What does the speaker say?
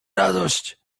radość